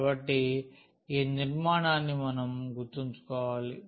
కాబట్టి ఈ నిర్మాణాన్ని మనం గుర్తుంచుకోవాలి